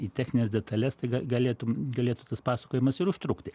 į technines detales tai ga galėtum galėtų tas pasakojimas ir užtrukti